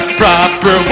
proper